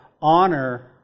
honor